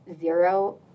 zero